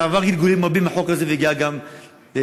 החוק הזה עבר עדכונים רבים והגיע גם למשרד